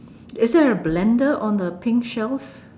is there a blender on the pink shelf